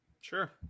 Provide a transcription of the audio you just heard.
Sure